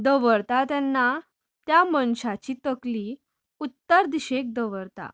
दवरता तेन्ना त्या मनशाची तकली उत्तर दिशेक दवरतात